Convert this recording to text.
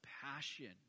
passion